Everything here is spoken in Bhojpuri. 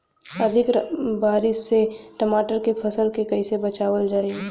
अधिक बारिश से टमाटर के फसल के कइसे बचावल जाई?